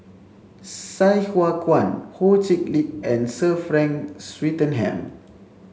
Sai Hua Kuan Ho Chee Lick and Sir Frank Swettenham